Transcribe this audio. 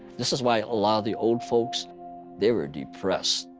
this is why a lot of the old folks they were depressed.